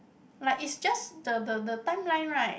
like is just the the the timeline right